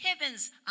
heavens